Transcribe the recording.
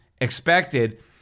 expected